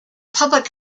public